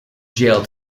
jail